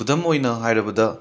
ꯈꯨꯗꯝ ꯑꯣꯏꯅ ꯍꯥꯏꯔꯕꯗ